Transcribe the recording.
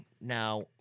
now